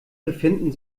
befinden